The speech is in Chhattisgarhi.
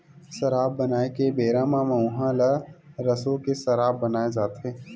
सराब बनाए के बेरा म मउहा ल सरो के सराब बनाए जाथे